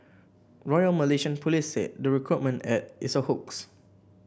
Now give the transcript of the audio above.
royal Malaysian Police said the recruitment ad is a hoax